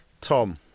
Tom